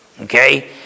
Okay